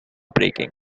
breaking